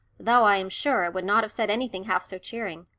though, i am sure, it would not have said anything half so cheering!